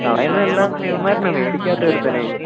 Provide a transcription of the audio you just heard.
കളയുന്ന എല്ലാം ഇവന്മാരെന്നാ മേടിക്കാത്തത് ഒരുത്തനെയും